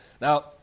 Now